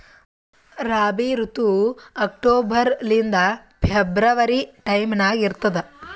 ರಾಬಿ ಋತು ಅಕ್ಟೋಬರ್ ಲಿಂದ February time ನಾಗ ಇರ್ತದ